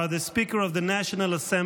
are the Speaker of the National Assembly